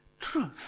truth